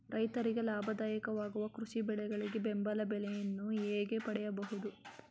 ರೈತರಿಗೆ ಲಾಭದಾಯಕ ವಾಗುವ ಕೃಷಿ ಬೆಳೆಗಳಿಗೆ ಬೆಂಬಲ ಬೆಲೆಯನ್ನು ಹೇಗೆ ಪಡೆಯಬಹುದು?